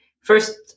first